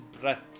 breath